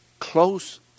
Close